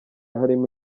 harimo